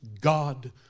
God